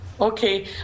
Okay